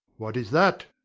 what is that?